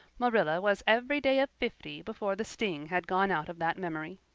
marilla was every day of fifty before the sting had gone out of that memory.